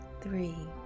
Three